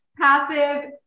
passive